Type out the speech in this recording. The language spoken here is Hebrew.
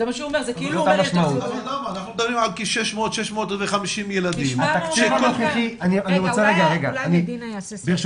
אנחנו דנים על כ-600-650 ילדים --- ברשותכם,